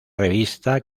revista